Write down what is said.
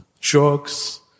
drugs